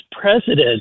president